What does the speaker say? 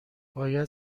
باید